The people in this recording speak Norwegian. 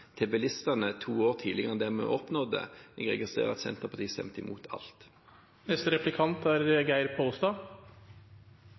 til bilistene to år tidligere enn det vi oppnådde. Jeg registrerer at Senterpartiet stemte imot